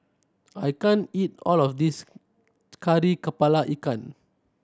I can't eat all of this Kari Kepala Ikan